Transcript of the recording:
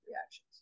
reactions